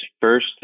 first